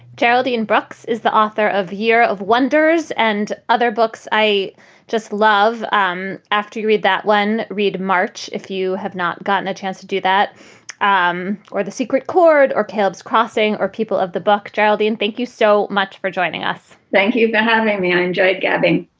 geraldine brooks is the author of year of wonders and other books. i just love um after you read that when read march. if you have not gotten a chance to do that um or the secret chord or caleb's crossing or people of the book. geraldine, thank you so much for joining us thank you for having me. i enjoyed gabbing